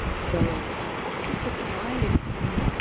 so just a variety. i mean,